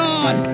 God